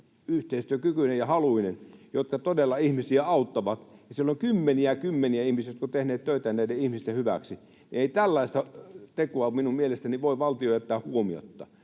yhteistyökykyinen ja -haluinen niihin kuntiin päin, jotka todella ihmisiä auttavat. Siellä on kymmeniä ja kymmeniä ihmisiä, jotka ovat tehneet töitä näiden ihmisten hyväksi. Ei tällaista tekoa minun mielestäni voi valtio jättää huomiotta.